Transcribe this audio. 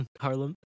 Harlem